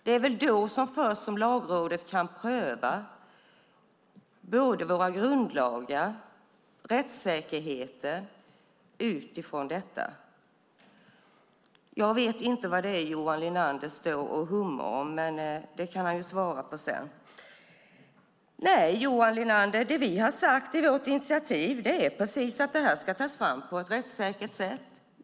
Det är väl då först som Lagrådet kan pröva både våra grundlagar och rättssäkerheten utifrån detta. Jag vet inte vad Johan Linander står och hummar om, men det kan han ju svara på sedan. Nej, Johan Linander, det vi har sagt i vårt initiativ är precis att detta ska tas fram på ett rättssäkert sätt.